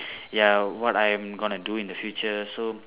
ya what I am gonna do in the future so